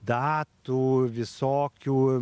datų visokių